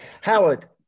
Howard